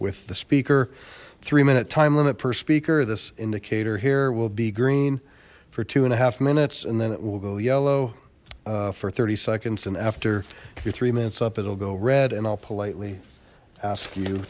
with the speaker three minute time limit per speaker this indicator here will be green for two and a half minutes and then it will go yellow for thirty seconds and after your three minutes up it'll go red and i'll politely ask you